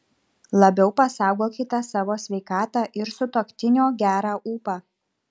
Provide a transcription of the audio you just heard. labiau pasaugokite savo sveikatą ir sutuoktinio gerą ūpą